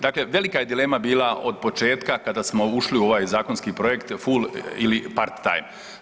Dakle, velika je dilema bila od početka, kada smo ušli u ovaj zakonski projekt, full ili part time.